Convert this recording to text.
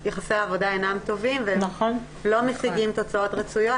יחסי העבודה אינם טובים ולא משיגים תוצאות רצויות